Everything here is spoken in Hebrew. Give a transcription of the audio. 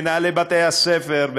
מנהלי בתי-הספר,